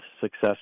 success